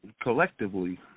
collectively